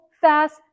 fast